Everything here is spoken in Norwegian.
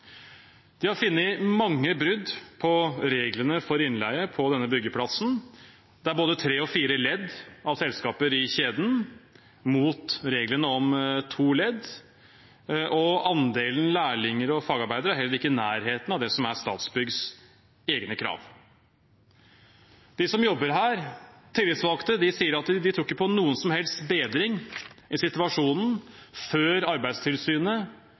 De har funnet mange brudd på reglene for innleie på denne byggeplassen. Det er både tre og fire ledd av selskaper i kjeden, mot reglene om at det skal være to ledd. Andelen lærlinger og fagarbeidere er heller ikke i nærheten av det som er Statsbyggs egne krav. De tillitsvalgte for dem som jobber der, sier at de ikke tror på noen som helst bedring av situasjonen før Arbeidstilsynet